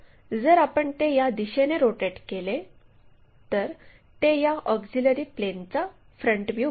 जर आपण ते या दिशेने रोटेट केले तर ते या ऑक्झिलिअरी प्लेनचा फ्रंट व्ह्यू बनते